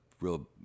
real